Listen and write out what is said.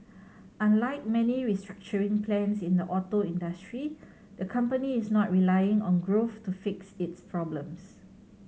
unlike many restructuring plans in the auto industry the company is not relying on growth to fix its problems